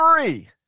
three